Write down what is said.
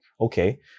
okay